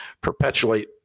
perpetuate